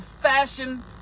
fashion